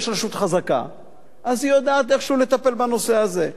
אם יש רשות חזקה היא יודעת איכשהו לטפל בנושא הזה,